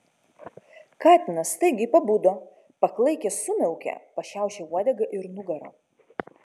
katinas staigiai pabudo paklaikęs sumiaukė pašiaušė uodegą ir nugarą